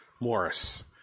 Morris